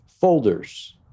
folders